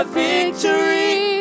victory